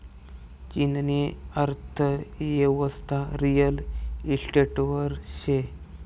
चीननी अर्थयेवस्था रिअल इशटेटवर शे